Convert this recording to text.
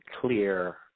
clear